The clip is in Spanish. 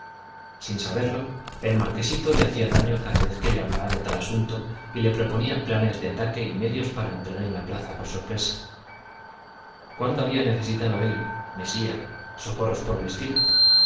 sin saberlo el marquesito le hacía daño cada vez que le hablaba de tal asunto y le proponía planes de ataque y medios para entrar en la plaza por sorpresa cuándo había necesitado él mesía socorros por el estilo